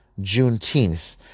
Juneteenth